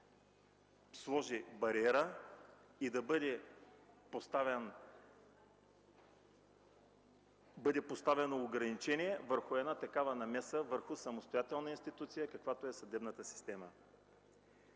се сложи бариера и да бъде поставено ограничение върху една такава намеса върху самостоятелна институция, каквато е съдебната система.